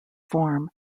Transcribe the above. form